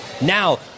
Now